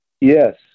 Yes